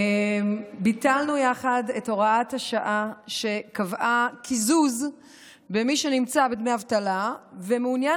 ביטלנו יחד את הוראת השעה שקבעה קיזוז למי שנמצא בדמי אבטלה ומעוניין